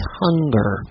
hunger